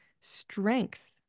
strength